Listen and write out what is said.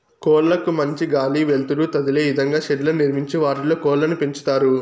కోళ్ళ కు మంచి గాలి, వెలుతురు తదిలే ఇదంగా షెడ్లను నిర్మించి వాటిలో కోళ్ళను పెంచుతారు